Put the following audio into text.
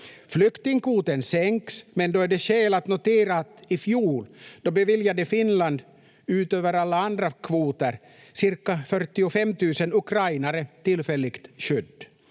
Flyktingkvoten sänks, men då är det skäl att notera att i fjol beviljade Finland, utöver alla andra kvoter, cirka 45 000 ukrainare tillfälligt skydd.